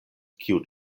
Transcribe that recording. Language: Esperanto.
kiu